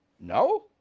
No